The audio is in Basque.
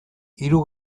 hiru